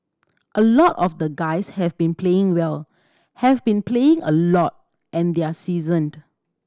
a lot of the guys have been playing well have been playing a lot and they're seasoned